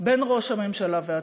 בין ראש הממשלה והציבור,